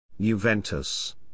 Juventus